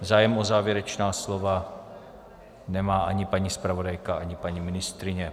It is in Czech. Zájem o závěrečná slova nemá ani paní zpravodajka, ani paní ministryně.